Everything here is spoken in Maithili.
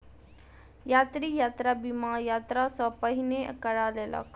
यात्री, यात्रा बीमा, यात्रा सॅ पहिने करा लेलक